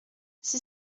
six